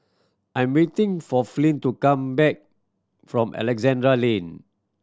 I'm waiting for Flint to come back from Alexandra Lane